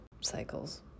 cycles